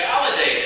validated